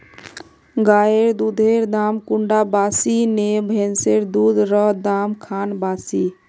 गायेर दुधेर दाम कुंडा बासी ने भैंसेर दुधेर र दाम खान बासी?